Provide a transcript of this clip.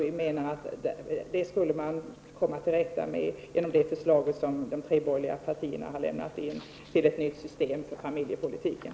Vi menar att man skulle komma till rätta med det genom de tre borgerliga partiernas förslag till ett nytt system för familjepolitiken.